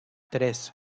tres